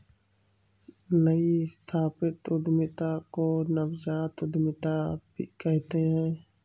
नई स्थापित उद्यमिता को नवजात उद्दमिता कहते हैं